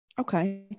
Okay